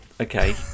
Okay